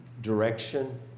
direction